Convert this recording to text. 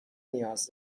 نیاز